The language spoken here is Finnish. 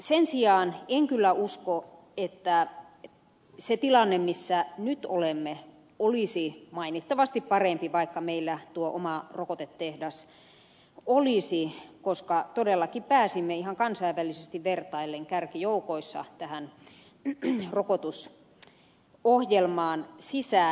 sen sijaan en kyllä usko että se tilanne missä nyt olemme olisi mainittavasti parempi vaikka meillä tuo oma rokotetehdas olisi koska todellakin pääsimme ihan kansainvälisesti vertaillen kärkijoukoissa tähän rokotusohjelmaan sisään